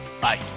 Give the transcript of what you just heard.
Bye